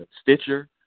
Stitcher